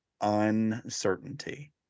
uncertainty